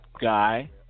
guy